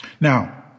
Now